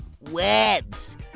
webs